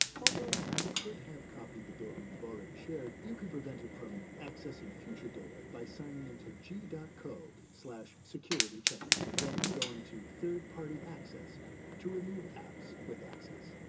although an app could have copied the data you've already shared, you can prevent it from accessing future data by signing into g co securitycheckup, then going to third-party access to remove apps with access.